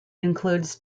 includes